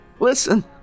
Listen